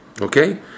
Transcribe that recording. Okay